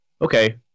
okay